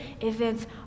events